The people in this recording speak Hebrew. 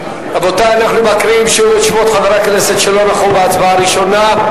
אנחנו מקריאים שוב את שמות חברי הכנסת שלא נכחו בהצבעה הראשונה.